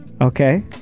Okay